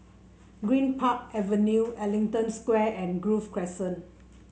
Greenpark Avenue Ellington Square and Grove Crescent